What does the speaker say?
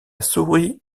souris